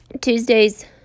Tuesday's